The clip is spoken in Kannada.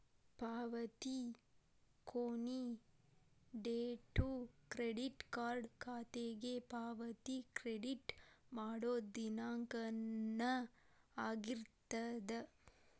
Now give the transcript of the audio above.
ಪಾವತಿ ಕೊನಿ ಡೇಟು ಕ್ರೆಡಿಟ್ ಕಾರ್ಡ್ ಖಾತೆಗೆ ಪಾವತಿ ಕ್ರೆಡಿಟ್ ಮಾಡೋ ದಿನಾಂಕನ ಆಗಿರ್ತದ